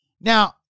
Now